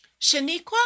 Shaniqua